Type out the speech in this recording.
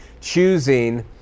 choosing